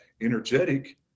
energetic